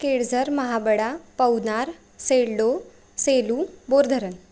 Kelzar Mahabada Paunar Seldoh Selu Bordharan